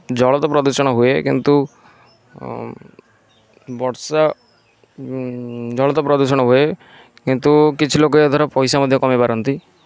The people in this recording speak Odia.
ଜଳ ତ ପ୍ରଦୁଷଣ ହୁଏ କିନ୍ତୁ ବର୍ଷା ଜଳ ତ ପ୍ରଦୁଷଣ ହୁଏ କିନ୍ତୁ କିଛି ଲୋକ ମଧ୍ୟ ପଇସା କମାଇ ପାରନ୍ତି